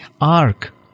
Ark